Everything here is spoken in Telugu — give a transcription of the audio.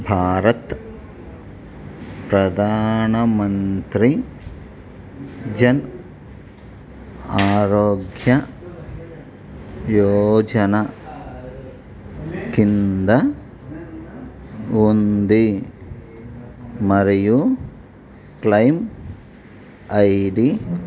భారత్ ప్రధాన మంత్రి జన్ ఆరోగ్య యోజన కింద ఉంది మరియు క్లయిమ్ ఐడి